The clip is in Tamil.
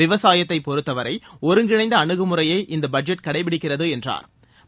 விவசாயத்தை பொறத்தவரை ஒருங்கிணைந்த அனுகுமுறையை இந்த பட்ஜெட் கடைப்பிடிக்கிறது என்றார் அவர்